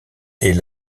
est